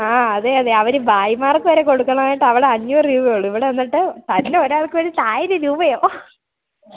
ആ അതെ അതെ അവര് ഭായ്മാർക്ക് വരെ കൊടുക്കണയിട് അവിടെ അഞ്ഞൂറ് രൂപയേ ഉള്ളു ഇവിടെ എന്നിട്ട് തന്നെ ഓരോരുത്തർക്കും ഒരാൾക്കു വേണ്ടി ആയിരം രൂപയോ ഹ്